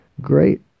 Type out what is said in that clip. Great